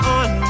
on